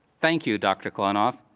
thank you, dr. klonoff.